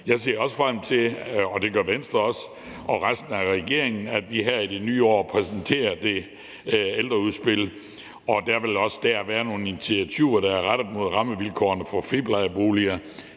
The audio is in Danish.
med sit forslag. Vi ser i Venstre og resten af regeringen også frem til, at vi her i det nye år præsenterer det ældreudspil, og der vil i det også være nogle initiativer, der er rettet mod rammevilkårene for friplejeboliger.